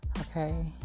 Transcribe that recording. okay